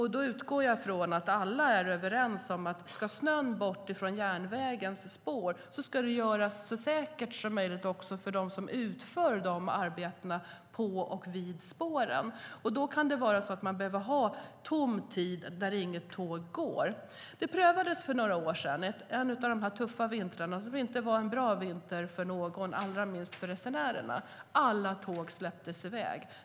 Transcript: Jag utgår från att alla är överens om att om snön ska bort från järnvägens spår ska det göras så säkert som möjligt för dem som utför arbetena på och vid spåren. Då kan man behöva ha tomtid när det inte går några tåg. Det prövades för några år sedan, under en av de tuffa vintrar som inte var en bra vinter för någon, allra minst för resenärerna. Då släpptes alla tåg iväg.